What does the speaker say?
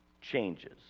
changes